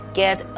get